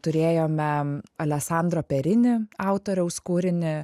turėjome aleksandro perini autoriaus kūrinį